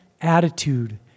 attitude